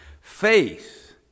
faith